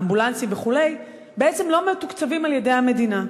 האמבולנסים וכו' לא מתוקצב על-ידי המדינה.